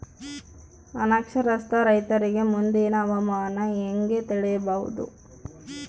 ಅನಕ್ಷರಸ್ಥ ರೈತರಿಗೆ ಮುಂದಿನ ಹವಾಮಾನ ಹೆಂಗೆ ತಿಳಿಯಬಹುದು?